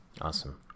Awesome